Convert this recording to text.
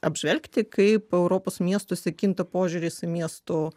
apžvelgti kaip europos miestuose kinta požiūris į miesto